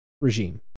regime